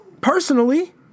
personally